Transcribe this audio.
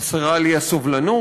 חסרה לי הסובלנות,